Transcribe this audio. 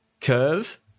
curve